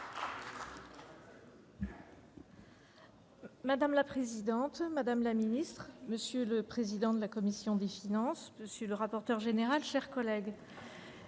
Madame la présidente, madame la secrétaire d'État, monsieur le président de la commission des finances, monsieur le rapporteur général, mes chers collègues,